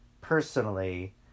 personally